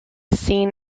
seen